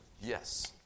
Yes